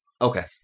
Okay